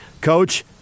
Coach